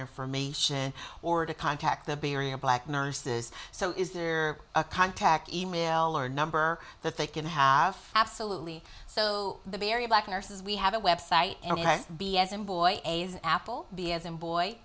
information or to contact the bay area black nurses so is there a contact email or a number that they can have absolutely so the very black nurses we have a website and b as in boy a's apple b as in boy